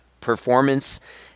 performance